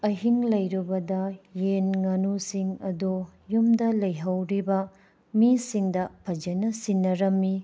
ꯑꯍꯤꯡ ꯂꯩꯔꯕꯗ ꯌꯦꯟ ꯉꯥꯅꯨꯁꯤꯡ ꯑꯗꯨ ꯌꯨꯝꯗ ꯂꯩꯍꯧꯔꯤꯕ ꯃꯤꯁꯤꯡꯗ ꯐꯖꯅ ꯁꯤꯟꯅꯔꯝꯃꯤ